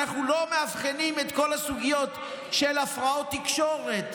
אם אנחנו לא מאבחנים את כל הסוגיות של הפרעות תקשורת,